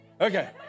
okay